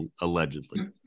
Allegedly